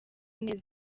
neza